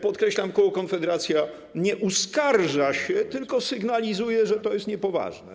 Podkreślam: koło Konfederacja nie uskarża się, tylko sygnalizuje, że to jest niepoważne.